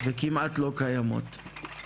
וכמעט לא קיימות.